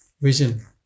vision